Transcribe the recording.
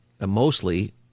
mostly